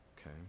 Okay